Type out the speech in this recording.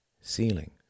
ceiling